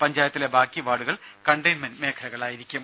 പഞ്ചായത്തിലെ ബാക്കി വാർഡുകൾ കണ്ടയ്ന്മെന്റ് മേഖലകളായിരിക്കും